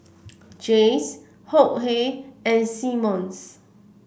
Jays Hok Hey and Simmons